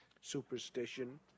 Superstition